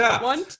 one